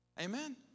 Amen